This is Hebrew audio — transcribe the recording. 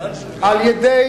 על-ידי